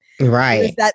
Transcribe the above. Right